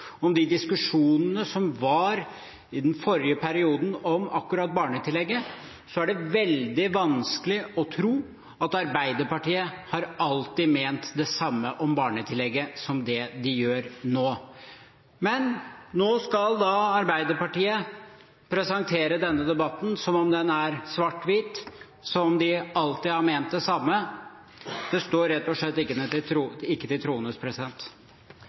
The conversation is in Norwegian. om de diskusjonene som var i den forrige perioden om akkurat barnetillegget, er det veldig vanskelig å tro at Arbeiderpartiet alltid har ment det samme om barnetillegget som det de gjør nå. Nå skal Arbeiderpartiet presentere denne debatten som om den er svart-hvit, som om de alltid har ment det samme. Det står rett og slett ikke til troende. Jeg synes vel innlegget til